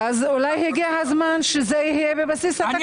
אולי הגיע הזמן שזה יהיה בבסיס התקציב.